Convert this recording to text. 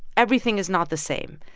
everything is not the same.